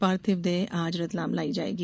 पार्थिव देह आज रतलाम लाई जाएगी